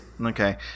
Okay